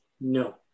No